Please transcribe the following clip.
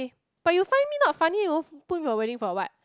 eh but you find me not funny you put me in your wedding for what